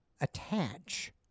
attach